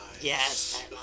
yes